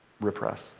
repress